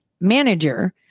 manager